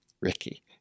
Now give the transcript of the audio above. Ricky